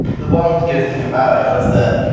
the one good thing about it was that